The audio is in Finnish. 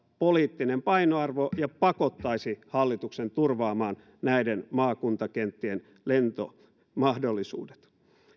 poliittinen painoarvo ja se pakottaisi hallituksen turvaamaan näiden maakuntakenttien lentomahdollisuudet